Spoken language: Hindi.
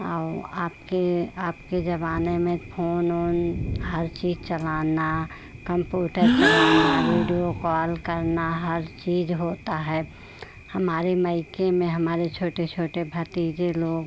और आपके अपके ज़माने में फोन ओन हर चीज़ चलाना कम्पूटर चलाना वीडियो कॉल करना हर चीज़ होता है हमारी माइके में हमारे छोटे छोटे भतीजे लोग